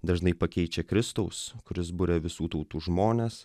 dažnai pakeičia kristaus kuris buria visų tautų žmones